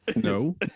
No